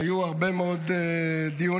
היו הרבה מאוד דיונים,